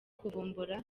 kuvumbura